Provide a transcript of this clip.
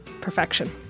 perfection